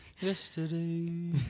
Yesterday